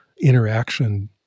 interaction